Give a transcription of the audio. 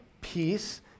peace